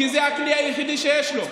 כי זה הכלי היחידי שיש לו.